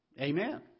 Amen